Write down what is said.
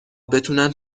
بتونن